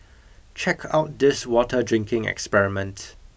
check out this water drinking experiment